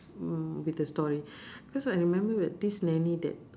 mm with the story because I remember that this nanny that